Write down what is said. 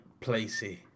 placey